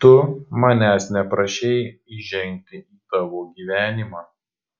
tu manęs neprašei įžengti į tavo gyvenimą